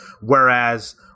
whereas